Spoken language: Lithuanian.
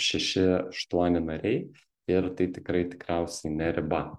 šeši aštuoni nariai ir tai tikrai tikriausiai ne riba